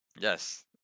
Yes